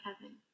heaven